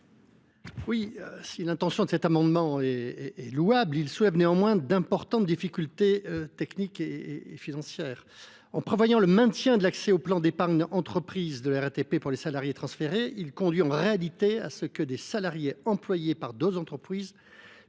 louable, l’objet de cet amendement soulève néanmoins d’importantes difficultés techniques et financières. En prévoyant le maintien de l’accès au plan d’épargne entreprise de la RATP pour les salariés transférés, il conduit en réalité à ce que des salariés employés par d’autres entreprises